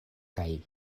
kaj